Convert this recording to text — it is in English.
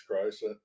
Christ